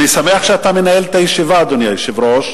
אני שמח שאתה מנהל את הישיבה, אדוני היושב-ראש,